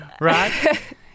right